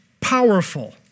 powerful